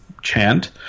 chant